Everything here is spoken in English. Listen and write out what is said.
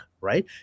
right